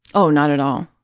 oh, not at all.